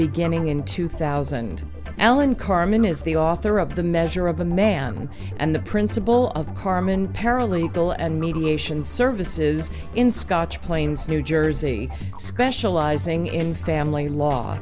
beginning in two thousand ellen carmen is the author of the measure of a man and the principal of carmen paralegal and mediation services in scotch plains new jersey specializing in family law